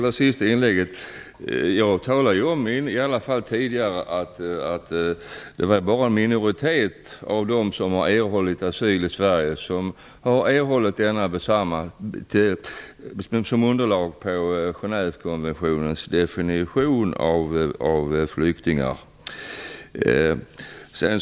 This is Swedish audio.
Fru talman! Jag sade tidigare att det bara var en minoritet av dem som har erhållit asyl i Sverige som har gjort det med Genèvekonventionens definition av flyktingar som grund.